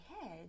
head